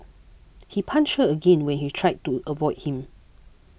he punched her again when he tried to avoid him